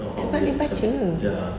sebab dia baca